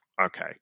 okay